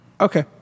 Okay